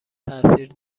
تاثیر